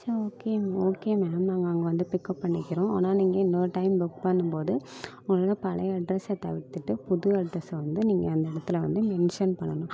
சரி okay okay ma'am நாங்கள் அங்கே வந்து பிக்கப் பண்ணிக்கிறோம் ஆனால் நீங்கள் இன்னொரு டைம் புக் பண்ணும்போது உங்கள் பழைய அட்ரஸை தவிர்த்துட்டு புது அட்ரஸை வந்து நீங்கள் அந்த இடத்துல வந்து மென்ஷன் பண்ணணும்